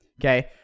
Okay